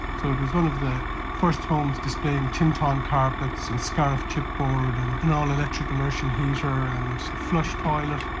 so it was one of the first homes displaying tintawn carpets and scarriff chipboard and an all-electric immersion heater and a flush toilet.